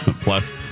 plus